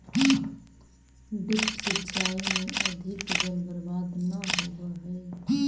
drip सिंचाई में अधिक जल बर्बाद न होवऽ हइ